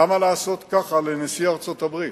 למה לעשות ככה לנשיא ארצות-הברית?